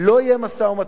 לא יהיה משא-ומתן.